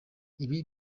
ibi